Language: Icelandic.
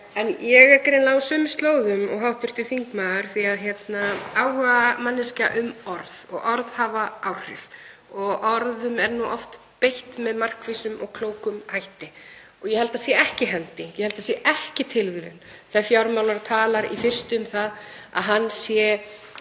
En ég er greinilega á sömu slóðum og hv. þingmaður því ég er áhugamanneskja um orð og orð hafa áhrif. Orðum er nú oft beitt með markvissum og klókum hætti. Og ég held að það sé ekki hending, ég held að það sé ekki tilviljun þegar fjármálaráðherra talar í fyrstu um það að honum sé